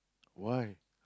why